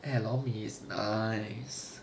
eh lou mee is nice